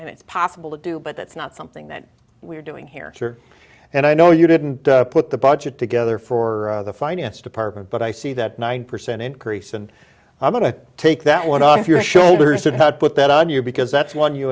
and it's possible to do but that's not something that we're doing here and i know you didn't put the budget together for the finance department but i see that nine percent increase and i'm going to take that one off your shoulders that had put that on your because that's one you